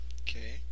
Okay